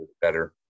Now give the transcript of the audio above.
better